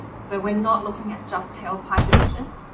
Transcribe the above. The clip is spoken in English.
so we're not looking at just tailpipe emissions,